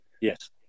Yes